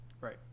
right